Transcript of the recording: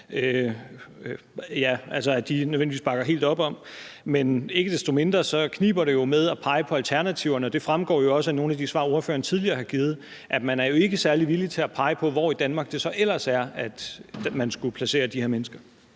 altid nødvendigvis bakker helt op om. Men ikke desto mindre kniber det jo med at pege på alternativerne, og det fremgår jo også af nogle af de svar, ordføreren tidligere har givet, at man jo ikke er særlig villig til at pege på, hvor i Danmark det så ellers er, man skulle placere de her mennesker.